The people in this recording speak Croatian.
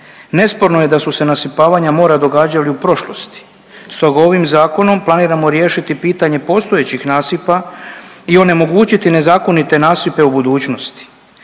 nesporno je da su se nasipavanja mora događali u prošlosti, stoga ovim zakonom planiramo riješiti pitanje postojećih nasipa i onemogućiti nezakonite nasipe u budućnosti.